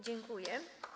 Dziękuję.